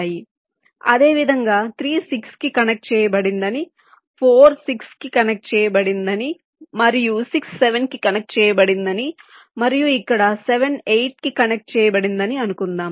కాబట్టి అదేవిధంగా 3 6 కి కనెక్ట్ చేయబడిందని 4 6 కి కనెక్ట్ చేయబడిందని మరియు 6 7 కి కనెక్ట్ చేయబడిందని మరియు ఇక్కడ 7 8 కి కనెక్ట్ చేయబడిందని అనుకుందాం